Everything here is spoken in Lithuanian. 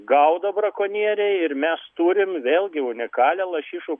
gaudo brakonieriai ir mes turim vėlgi unikalią lašišų